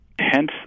Hence